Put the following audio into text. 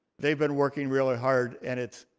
they've been working really hard and it's,